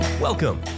Welcome